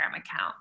account